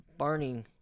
Barney